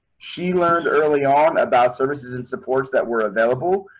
she learned early on about services and supports that were available.